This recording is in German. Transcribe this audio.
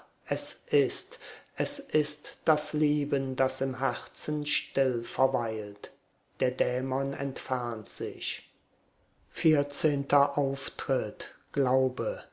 es ist es ist das lieben das im herzen still verweilt der dämon entfernt sich vierzehnter auftritt glaube